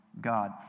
God